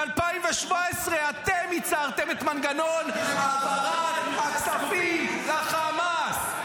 ב-2017 אתם ייצרתם את מנגנון העברת הכספים לחמאס.